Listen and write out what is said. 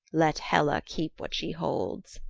let hela keep what she holds.